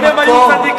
אם הם היו צדיקים,